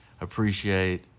Appreciate